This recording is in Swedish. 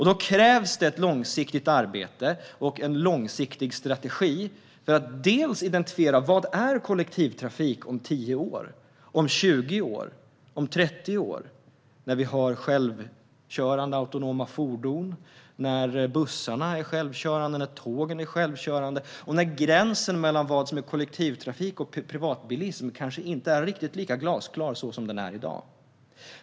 Det krävs ett långsiktigt arbete och en långsiktig strategi för att identifiera vad kollektivtrafik är om 10 år, om 20 år, om 30 år, när vi har självkörande autonoma fordon, när bussarna och tågen är självkörande och när gränsen mellan kollektivtrafik och privatbilism kanske inte är riktigt lika glasklar som i dag.